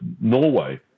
Norway